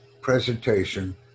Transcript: presentation